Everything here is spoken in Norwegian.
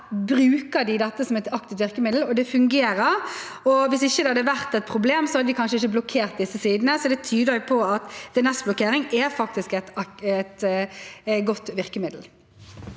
bruker dette som et aktivt virkemiddel, og at det fungerer. Hvis det ikke hadde vært et problem, hadde de kanskje ikke blokkert disse sidene. Det tyder på at DNS-blokkering faktisk er et godt virkemiddel.